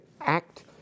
act